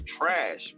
trash